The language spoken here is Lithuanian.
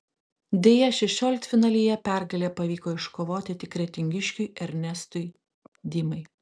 deja šešioliktfinalyje pergalę pavyko iškovoti tik kretingiškiui ernestui dimai